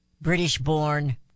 British-born